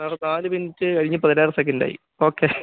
sir നാല് minute കഴിഞ്ഞ് പതിനാറ് സെക്കൻ്റായി ഓക്കെ